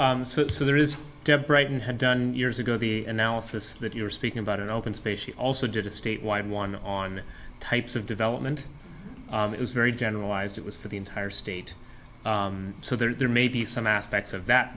set so there is depth brighton had done years ago the analysis that you're speaking about in open space he also did a state wide one on types of development it was very generalized it was for the entire state so there maybe some aspects of that